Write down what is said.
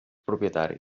propietaris